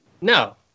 No